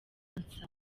nsa